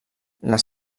les